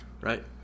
right